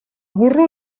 burro